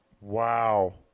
Wow